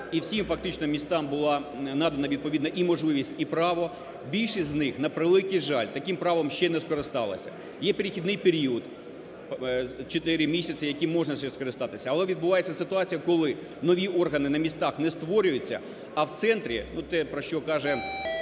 і всім фактично містам була надана відповідна і можливість, і право, більшість з них, на превеликий жаль, таким правом ще не скористалася. Є перехідний період, чотири місяця, яким можна ще скористатися, але відбувається ситуація, коли нові органи на містах не створюються, а в центрі те, про що каже